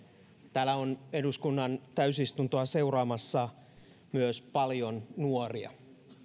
täällä on eduskunnan täysistuntoa seuraamassa myös paljon nuoria